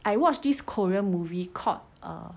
I watched this korean movie called err